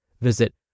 Visit